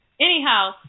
Anyhow